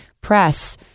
press